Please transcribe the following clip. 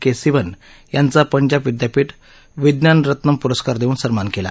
के सिवन यांचा पंजाब विद्यापीठ विज्ञान रत्तन पुरस्कार देऊन सन्मान केला